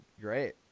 Great